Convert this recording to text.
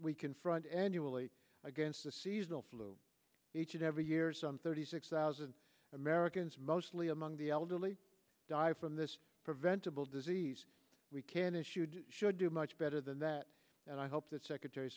we confront annually against the seasonal flu each and every year some thirty six thousand americans mostly among the elderly die from this preventable disease we can issued should do much better than that and i hope that secretary